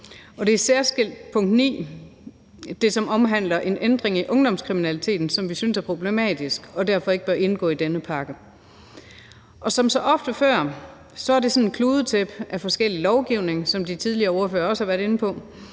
bemærkninger – det, som omhandler en ændring i ungdomskriminalitetsloven – som vi synes er problematisk og derfor ikke bør indgå i denne pakke. Som så ofte før er det sådan et kludetæppe af forskellig lovgivning, som de tidligere ordførere også har været inde på,